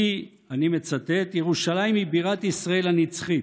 כי, אני מצטט: ירושלים היא בירת ישראל הנצחית.